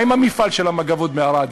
מה עם מפעל המגבות בערד?